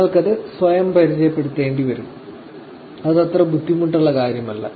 നിങ്ങൾക്കത് സ്വയം പരിചയപ്പെടുത്തേണ്ടിവരും അത് അത്ര ബുദ്ധിമുട്ടുള്ള കാര്യമല്ല